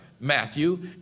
Matthew